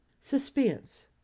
Suspense